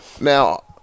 Now